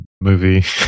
movie